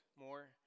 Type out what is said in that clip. more